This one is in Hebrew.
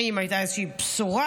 האם הייתה איזושהי בשורה?